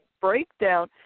breakdown